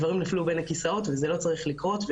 הדברים נפלו בין הכיסאות וזה לא צריך לקרות.